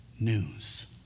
news